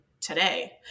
today